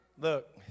Look